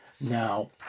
now